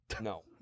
No